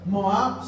Moab